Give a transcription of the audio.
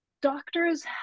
doctors